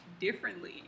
differently